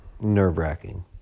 nerve-wracking